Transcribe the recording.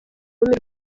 rurimi